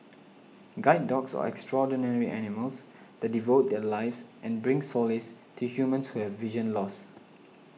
guide dogs are extraordinary animals that devote their lives and bring solace to humans who have vision loss